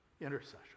intercession